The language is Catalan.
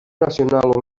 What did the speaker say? nacional